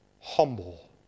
humble